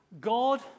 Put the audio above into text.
God